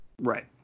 Right